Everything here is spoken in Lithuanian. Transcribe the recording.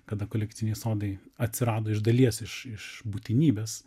kada kolektyviniai sodai atsirado iš dalies iš iš būtinybės